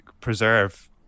preserve